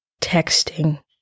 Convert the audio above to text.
texting